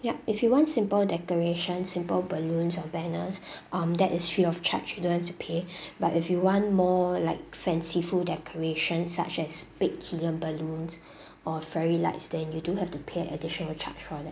ya if you want simple decoration simple balloons or banners um that is free of charge you don't have to pay but if you want more like fanciful decorations such as big helium balloons or fairy lights then you do have to pay additional charge for that